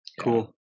Cool